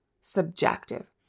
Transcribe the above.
subjective